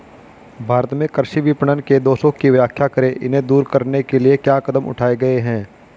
भारत में कृषि विपणन के दोषों की व्याख्या करें इन्हें दूर करने के लिए क्या कदम उठाए गए हैं?